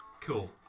Cool